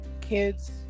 Kids